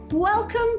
Welcome